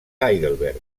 heidelberg